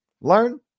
learn